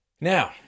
Now